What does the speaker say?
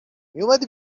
میومدی